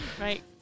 Right